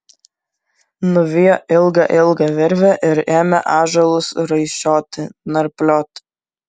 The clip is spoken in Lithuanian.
nuvijo ilgą ilgą virvę ir ėmė ąžuolus raišioti narplioti